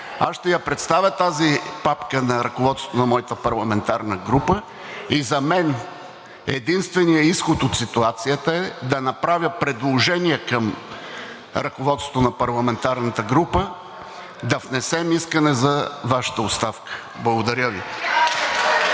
Аз ще я представя тази папка на ръководството на моята парламентарна група. За мен единственият изход от ситуацията е да направя предложение към ръководството на парламентарната група да внесем искане за Вашата оставка. Благодаря Ви.